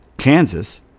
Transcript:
Kansas